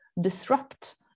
disrupt